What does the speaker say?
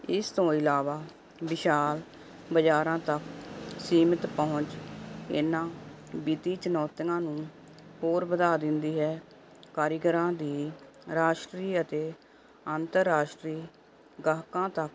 ਇਸ ਤੋਂ ਇਲਾਵਾ ਵਿਸ਼ਾਲ ਬਜ਼ਾਰਾਂ ਦਾ ਸੀਮਿਤ ਪਹੁੰਚ ਇਹਨਾਂ ਬੀਤੀਆਂ ਚੁਣੌਤੀਆਂ ਨੂੰ ਹੋਰ ਵਧਾ ਦਿੰਦੀ ਹੈ ਕਾਰੀਗਰਾਂ ਦੀ ਰਾਸ਼ਟਰੀ ਅਤੇ ਅੰਤਰਰਾਸ਼ਟਰੀ ਗਾਹਕਾਂ ਤੱਕ